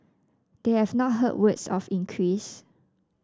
they have not heard words of increase